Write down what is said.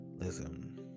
listen